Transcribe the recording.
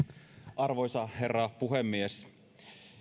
arvoisa herra puhemies